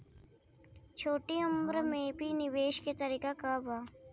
छोटी उम्र में भी निवेश के तरीका क बा?